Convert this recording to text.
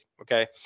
okay